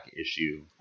issue